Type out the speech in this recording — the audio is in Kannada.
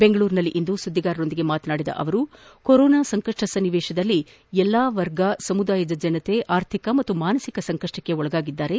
ಬೆಂಗಳೂರಿನಲ್ಲಿಂದು ಸುದ್ದಿಗಾರರೊಂದಿಗೆ ಮಾತನಾಡಿದ ಅವರು ಕೊರೊನಾ ಸಂಕಷ್ಟ ಸನ್ನಿವೇಶದಲ್ಲಿ ಎಲ್ಲಾ ವರ್ಗ ಸಮುದಾಯದ ಜನತೆ ಅರ್ಥಿಕ ಮತ್ತು ಮಾನಸಿಕ ಸಂಕಷ್ಟಕ್ಕೆ ಒಳಗಾಗಿದ್ದಾರೆ